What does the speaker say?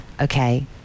okay